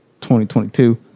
2022